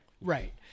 Right